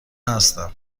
هستم